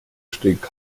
stieg